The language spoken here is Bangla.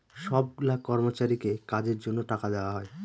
সব গুলা কর্মচারীকে কাজের জন্য টাকা দেওয়া হয়